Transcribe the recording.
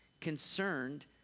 concerned